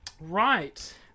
Right